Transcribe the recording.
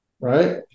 right